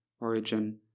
origin